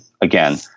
again